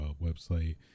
website